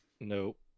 Nope